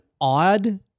odd